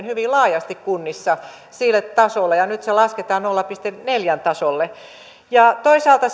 hyvin laajasti kunnissa ja nyt se lasketaan nolla pilkku neljän tasolle toisaalta